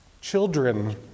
children